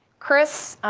chris